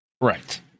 Right